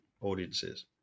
audiences